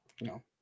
No